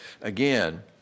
again